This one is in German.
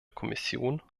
kommission